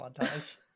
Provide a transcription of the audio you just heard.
montage